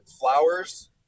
flowers